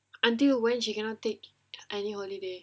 until when she cannot take any holiday